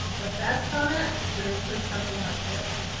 the best comment would include something like this.